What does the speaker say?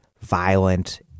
violent